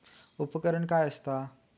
उपकरण काय असता?